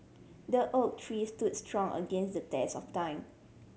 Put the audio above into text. the oak tree stood strong against the test of time